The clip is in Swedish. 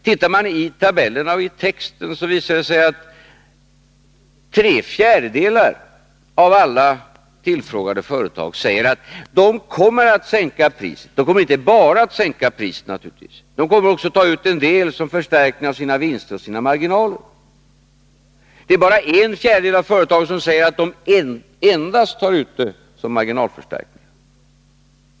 Tittar man i tabellerna och i texten visar det sig att tre fjärdedelar av alla tillfrågade företag säger att de kommer att sänka priserna. De kommer naturligtvis inte bara att sänka priserna, utan de kommer också att ta ut en del som förstärkning av sina vinster och sina marginaler: Det är bara en fjärdedel av företagen som säger att de endast tar ut devalveringseffekten som marginalförstärkning.